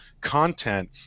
content